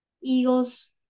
Eagles